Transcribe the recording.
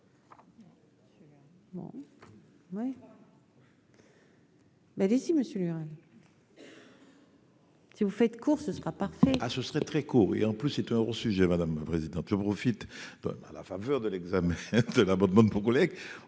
dis si Monsieur Lurel. Si vous faites court ce sera pas. Ah, ce serait très court et en plus c'est un gros sujet, madame la présidente, je profite à la faveur de l'examen de la bonne pour collègues